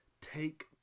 take